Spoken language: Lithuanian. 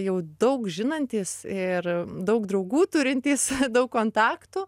jau daug žinantys ir daug draugų turintys daug kontaktų